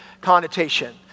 connotation